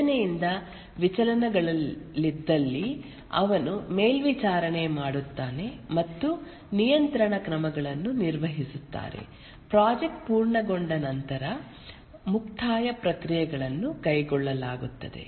ಯೋಜನೆಯಿಂದ ವಿಚಲನಗಳಿದ್ದಲ್ಲಿ ಅವನು ಮೇಲ್ವಿಚಾರಣೆ ಮಾಡುತ್ತಾರೆ ಮತ್ತು ನಿಯಂತ್ರಣ ಕ್ರಮಗಳನ್ನು ನಿರ್ವಹಿಸುತ್ತಾರೆ ಪ್ರಾಜೆಕ್ಟ್ ಪೂರ್ಣಗೊಂಡ ನಂತರ ಮುಕ್ತಾಯ ಪ್ರಕ್ರಿಯೆಗಳನ್ನು ಕೈಗೊಳ್ಳಲಾಗುತ್ತದೆ